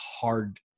hard